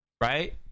right